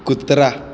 कुत्रा